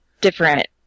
different